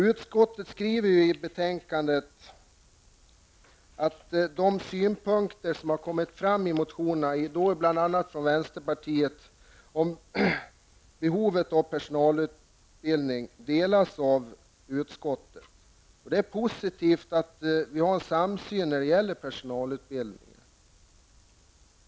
Utskottet skriver i betänkandet att de synpunkter som har kommit fram i motionerna från bl.a. vänsterpartiet om behovet av personalutbildning delas av utskottet. Det är positivt att vi har en samsyn när det gäller personalutbildning.